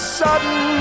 sudden